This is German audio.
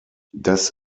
das